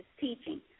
teaching